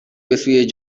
بسوی